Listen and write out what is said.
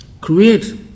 create